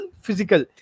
physical